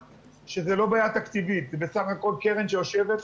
--- על כל הנושאים.